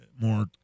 more